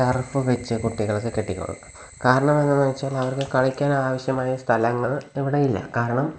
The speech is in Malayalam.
ടര്ഫ് വെച്ച് കുട്ടികള്ക്ക് കെട്ടിക്കൊടുക്കും കാരണം എന്താണെന്നുവച്ചാല് അവര്ക്ക് കളിയ്ക്കാനാവശ്യമായ സ്ഥലങ്ങള് ഇവിടെ ഇല്ല കാരണം